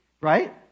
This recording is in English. right